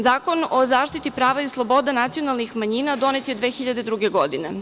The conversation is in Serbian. Zakon o zaštiti prava i sloboda nacionalnih manjina donet je 2002. godine.